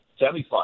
semifinal